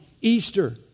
Easter